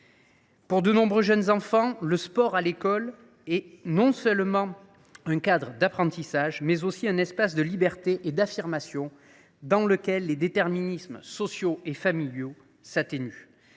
Pour de nombreux jeunes enfants, le sport à l’école est non seulement un cadre d’apprentissage, mais aussi un espace de liberté et d’affirmation, dans lequel les déterminismes sociaux et familiaux s’atténuent.